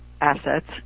assets